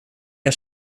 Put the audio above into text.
jag